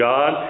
God